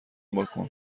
بکن